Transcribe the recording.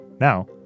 Now